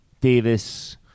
Davis